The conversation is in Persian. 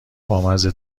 بامزه